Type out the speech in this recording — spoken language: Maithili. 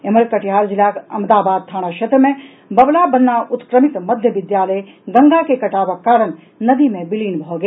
एम्हर कटिहार जिलाक अमदाबाद थाना क्षेत्र मे बबलाबन्ना उत्क्रमित मध्य विद्यालय गंगा के कटाव के कारण नदी मे विलीन भऽ गेल